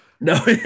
No